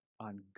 on